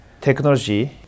technology